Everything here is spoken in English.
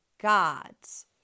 gods